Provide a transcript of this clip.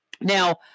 Now